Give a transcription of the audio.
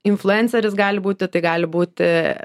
influenceris gali būti tai gali būti